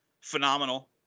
phenomenal